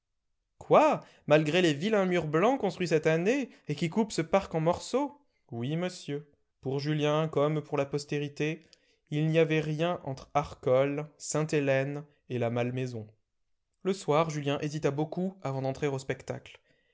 quoi malgré les vilains murs blancs construits cette année et qui coupent ce parc en morceaux oui monsieur pour julien comme pour la postérité il n'y avait rien entre arcole sainte-hélène et la malmaison le soir julien hésita beaucoup avant d'entrer au spectacle